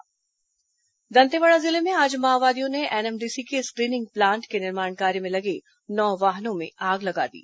माओवादी आगजनी दंतेवाड़ा जिले में आज माओवादियों ने एनएमडीसी के स्क्रीनिंग प्लांट के निर्माण कार्य में लगे नौ वाहनों में आग लगा दी